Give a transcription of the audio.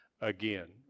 again